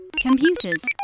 Computers